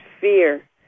fear